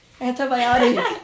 Antibiotic